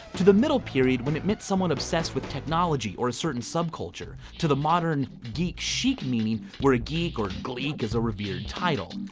to the middle period when it meant someone obsessed with technology, or a certain subculture, to the modern geek chic meaning where a geek or gleek is a revered title.